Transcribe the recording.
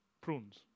prunes